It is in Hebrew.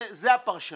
זאת הפרשנות.